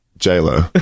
J-Lo